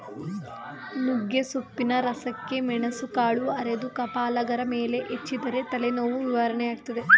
ನುಗ್ಗೆಸೊಪ್ಪಿನ ರಸಕ್ಕೆ ಮೆಣಸುಕಾಳು ಅರೆದು ಕಪಾಲಗಲ ಮೇಲೆ ಹಚ್ಚಿದರೆ ತಲೆನೋವು ನಿವಾರಣೆಯಾಗ್ತದೆ